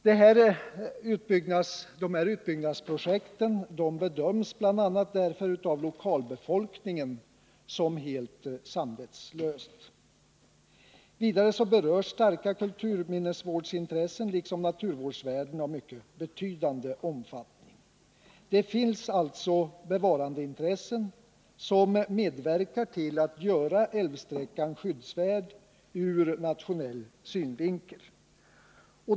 Dessa utbyggnadsprojekt bedöms därför bl.a. av lokalbefolkningen som helt samvetslösa. Vidare berörs starka kulturminnesvårdsintressen liksom naturvårdsvärden av mycket betydande omfattning. Det finns alltså bevarandeintressen som medverkar till att göra älvsträckan skyddsvärd ur nationell synvinkel.